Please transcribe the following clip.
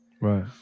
Right